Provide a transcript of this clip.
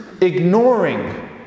ignoring